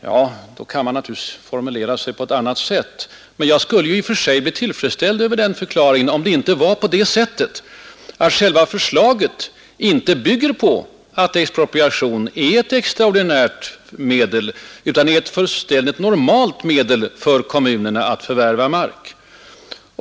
Ja, men då bör han naturligtvis formulera sig på ett annat sätt. Jag skulle emellertid i och för sig vara till freds med den förklaringen om det inte förhöll sig på det sättet att hans eget lagförslag inte bygger på att expropriation är ett extraordinärt medel utan på att det är ett fullständigt normalt medel för kommunerna att förvärva mark.